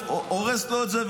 הוא הורס לו את זה,